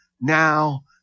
now